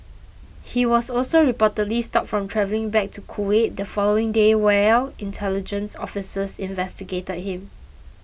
he was also reportedly stopped from travelling back to Kuwait the following day while intelligence officers investigated him